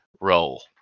role